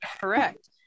Correct